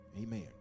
Amen